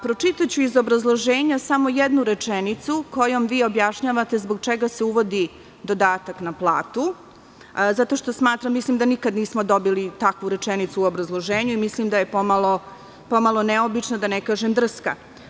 Pročitaću iz obrazloženja samo jednu rečenicu zbog čega se uvodi dodatak na platu, zato što mislim da nikada nismo dobili takvu rečenicu u obrazloženju i mislim da je pomalo neobična, da ne kažem drska.